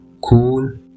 cool